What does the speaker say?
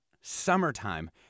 summertime